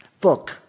book